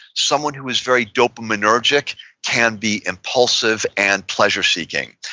someone who is very dopaminergic can be impulsive and pleasure-seeking.